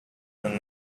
than